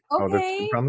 okay